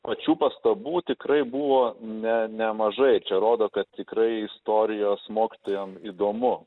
pačių pastabų tikrai buvo ne nemažai čia rodo kad tikrai istorijos mokytojam įdomu